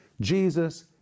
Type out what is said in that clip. Jesus